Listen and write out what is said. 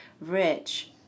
Rich